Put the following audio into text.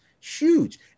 huge